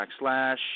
Backslash